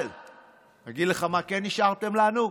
אבל אני אגיד לך מה כן השארתם לנו?